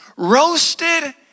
Roasted